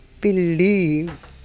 believe